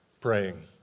praying